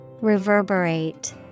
Reverberate